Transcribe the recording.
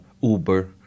Uber